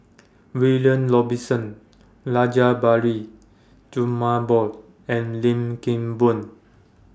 William Robinson Rajabali Jumabhoy and Lim Kim Boon